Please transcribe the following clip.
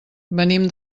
venim